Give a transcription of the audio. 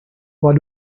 what